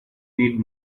need